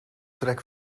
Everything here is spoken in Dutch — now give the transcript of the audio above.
trek